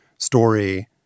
story